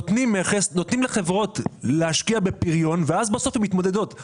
נותנים לחברות להשקיע בפריון והן מתמודדות.